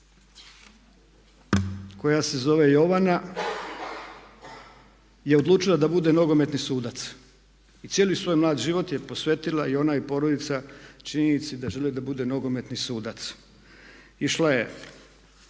koja se zove Jovana je odlučila da bude nogometni sudac. I cijeli svoj mlad život je posvetila i onda i porodica činjenici da želi da bude nogometni sudac. Išla je